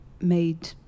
made